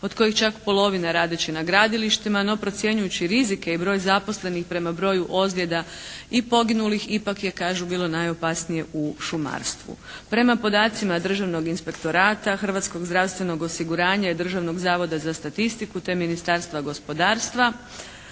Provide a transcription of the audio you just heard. od kojih čak polovina radeći na gradilištima, no procjenjujući rizike i broj zaposlenih prema broju ozljeda i poginulih ipak je kažu bilo najopasnije u šumarstvu. Prema podacima Državnog inspektorata, Hrvatskog zdravstvenog osiguranja i Državnog zavoda za statistiku te ministarstva gospodarstva